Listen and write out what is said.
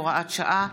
הוראת שעה),